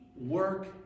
work